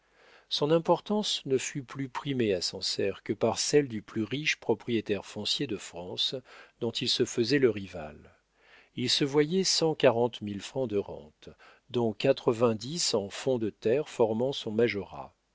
son importance ne fut plus primée à sancerre que par celle du plus riche propriétaire foncier de france dont il se faisait le rival il se voyait cent quarante mille francs de rente dont quatre-vingt-dix en fonds de terres formant son